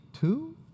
Two